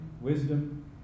wisdom